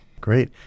Great